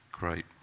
Great